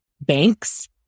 banks